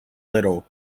little